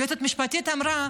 היועצת המשפטית אמרה: